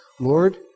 Lord